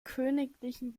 königlichen